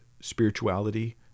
spirituality